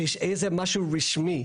שיש איזה משהו רשמי.